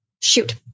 Shoot